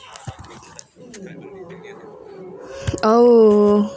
oh